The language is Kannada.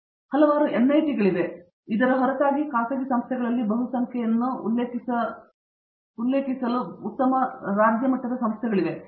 ನಮಗೆ ಹಲವಾರು ಎನ್ಐಟಿಗಳಿವೆ ಇದರ ಹೊರತಾಗಿ ನಾವು ಖಾಸಗಿ ಸಂಸ್ಥೆಗಳಲ್ಲಿ ಬಹುಸಂಖ್ಯೆಯನ್ನು ಉಲ್ಲೇಖಿಸಬಾರದೆಂದು ಉತ್ತಮ ರಾಜ್ಯ ಸಂಸ್ಥೆಗಳಿವೆ